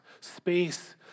space